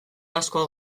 asko